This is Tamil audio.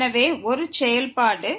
எனவே ஒரு செயல்பாடு zfxy